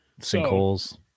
Sinkholes